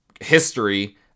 history